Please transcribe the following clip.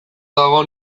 dago